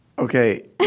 Okay